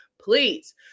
please